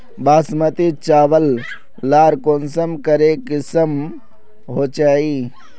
बासमती चावल लार कुंसम करे किसम होचए?